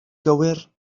gywir